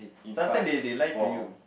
in five four